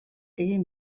egin